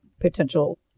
potential